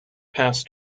past